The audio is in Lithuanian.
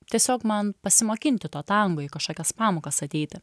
tiesiog man pasimokinti to tango į kažkokias pamokas ateiti